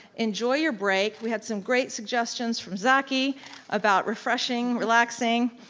enjoy your break, we had some great suggestions from zaki about refreshing, relaxing.